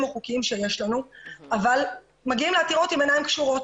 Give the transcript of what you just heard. החוקיים שיש לנו אבל מגיעים לעתירות עם עיניים קשורות.